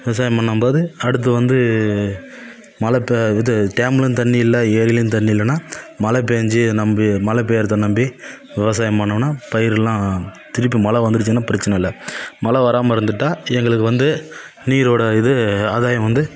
விவசாயம் பண்ணும்போது அடுத்து வந்து மழை ப இது டேம்லேயும் தண்ணி இல்லை ஏரிலேயும் தண்ணி இல்லைன்னா மழை பேய்ஞ்சி நம்பி மழை பெயிறத நம்பி விவசாயம் பண்ணோனால் பயிர்லாம் திருப்பி மழை வந்துருச்சின்னால் பிரச்சனை இல்லை மழை வராமல் இருந்துட்டால் சி எங்களுக்கு வந்து நீரோடய இது ஆதாயம் வந்து